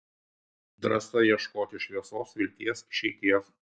drąsa ieškoti šviesos vilties išeities